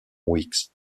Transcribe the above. weeks